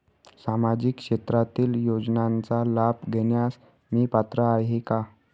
सामाजिक क्षेत्रातील योजनांचा लाभ घेण्यास मी पात्र आहे का?